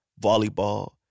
volleyball